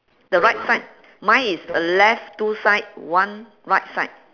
the right side mine is uh left two side one right side